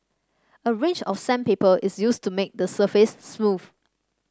a range of sandpaper is used to make the surface smooth